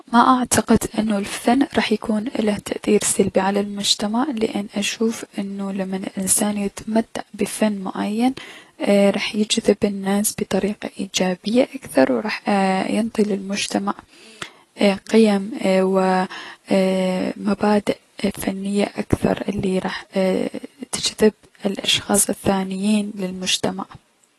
ما احس انو الفن راح يكون اله تأثير سلبي على المجتمع لأن اشوف انو لمن الأنسان يتمتع بفن معين اي- راح يجذب الناس بطريقة ايجابية اكثر و اي- راح ينطي للمجتمع اي- قيم و ايي- مبادئ فنية اكثر الي راح تجذب الأشخاص الثانيين للمجتمع.